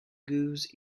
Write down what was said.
goose